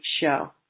show